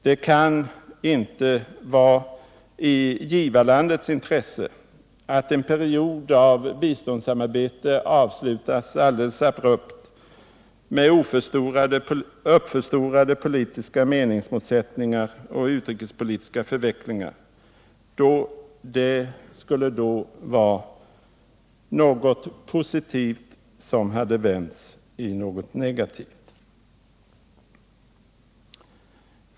Det kan inte vara i givarlandets intresse att en period av biståndssamarbete avslutas abrupt, med uppförstorade politiska meningsmotsättningar och utrikespolitiska förvecklingar; det som skulle vara något positivt har i så fall vänts i något negativt.